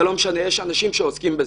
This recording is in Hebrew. זה לא משנה, יש אנשים שעוסקים בזה.